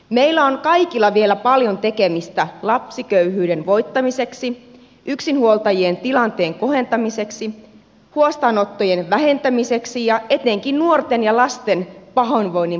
meillä kaikilla on vielä paljon tekemistä lapsiköyhyyden voittamiseksi yksinhuoltajien tilanteen kohentamiseksi huostaanottojen vähentämiseksi ja etenkin nuorten ja lasten pahoinvoinnin poistamiseksi